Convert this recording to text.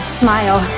smile